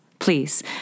Please